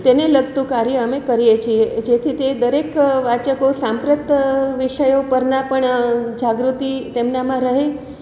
તેને લગતું કાર્ય અમે કરીએ છીએ જેથી તે દરેક વાચકો સાંપ્રત વિષયો પરના પણ જાગૃતિ તેમનામાં રહે